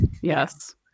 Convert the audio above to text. Yes